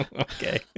Okay